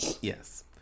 Yes